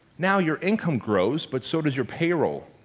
now your income grows but so does your payroll.